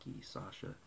Sasha